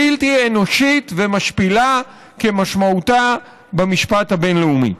בלתי אנושית ומשפילה כמשמעותה במשפט הבין-לאומי.